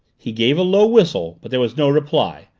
he gave a low whistle but there was no reply,